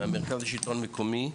המרכז לשלטון מקומי.